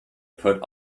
put